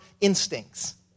instincts